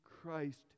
Christ